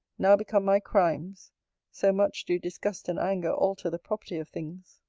now become my crimes so much do disgust and anger alter the property of things.